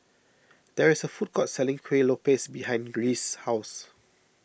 there is a food court selling Kueh Lopes behind Reese's house